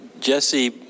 Jesse